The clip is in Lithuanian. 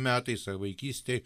metais ar vaikystėj